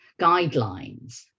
Guidelines